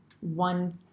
one